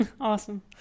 Awesome